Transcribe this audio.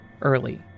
early